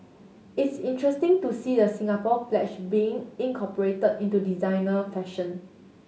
it's interesting to see the Singapore Pledge being incorporated into designer fashion